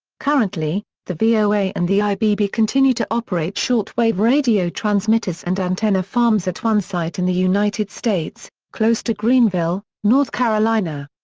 currently, the voa and the ibb continue to operate shortwave radio transmitters and antenna farms at one site in the united states, close to greenville, north carolina.